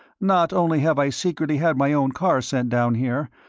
not only have i secretly had my own car sent down here,